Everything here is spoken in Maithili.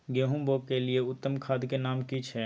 गेहूं बोअ के लिये उत्तम खाद के नाम की छै?